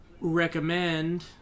recommend